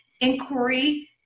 inquiry